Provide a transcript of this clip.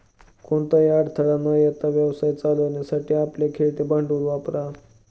कोणताही अडथळा न येता व्यवसाय चालवण्यासाठी आपले खेळते भांडवल वापरा